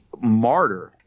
martyr